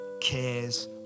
cares